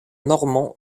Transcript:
normands